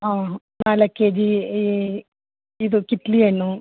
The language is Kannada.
ಹ್ಞೂ ಹ್ಞೂ ನಾಲ್ಕು ಕೆಜಿ ಇದು ಕಿತ್ಲೆ ಹಣ್ಣು